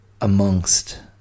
amongst